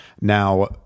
Now